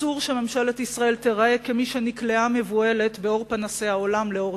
אסור שממשלת ישראל תהיה כמי שנקלעה מבוהלת באור פנסי העולם ללא תזוזה,